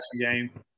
game